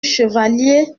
chevalier